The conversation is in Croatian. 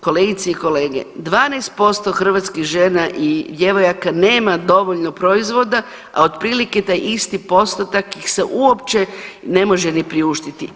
Kolegice i kolege, 12% hrvatskih žena i djevojaka nema dovoljno proizvoda, a otprilike taj isti postotak ih se uopće ne može ni priuštiti.